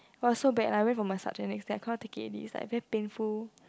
it was so bad I went for massage the next day I cannot take it already it's like very painful